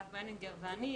אסף וינינגר ואני,